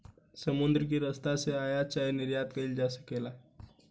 समुद्र के रस्ता से आयात चाहे निर्यात कईल जा सकेला